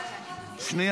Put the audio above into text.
לא,